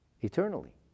eternally